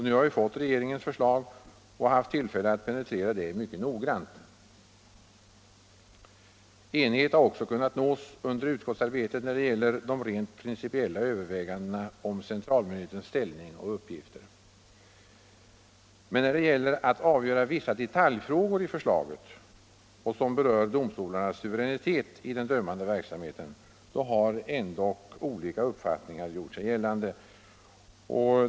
Nu har vi fått regeringens förslag och haft tillfälle att penetrera detta mycket noggrant. Enighet har också kunnat nås under utskottsarbetet när det gäller de rent principiella övervägandena om centralmyndighetens ställning och uppgifter. Men när det gäller att avgöra vissa detaljfrågor i förslaget angående domstolarnas suveränitet i den dömande verksamheten har ändock olika uppfattningar gjort sig gällande.